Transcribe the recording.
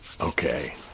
Okay